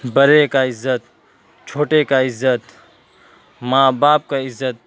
بڑے کا عزت چھوٹے کا عزت ماں باپ کا عزت